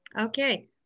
Okay